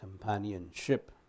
companionship